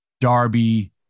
Darby